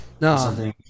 No